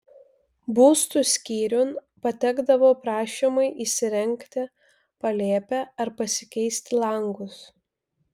būstų skyriun patekdavo prašymai įsirengti palėpę ar pasikeisti langus